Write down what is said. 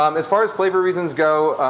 um as far as flavor reasons go,